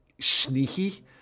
sneaky